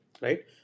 right